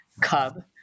cub